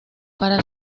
para